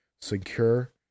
Secure